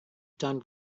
done